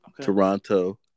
Toronto